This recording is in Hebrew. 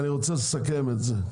אני רוצה לסכם את זה.